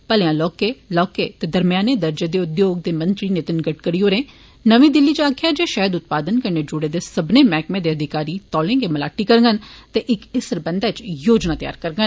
भलेआ लौह्के लौह्के ते मध्यमदर्जे दे उद्योग दे मंत्री नितिन गड़करी होरें नमीं दिल्ली इच आक्खेआ जे शहद उत्पादन कन्नै जुड़े दे सब्मने मैहकमें दे अधिकारी तौले गै मलाटी करडन ते इक इत सरबंधै इच योजना तैयार करडन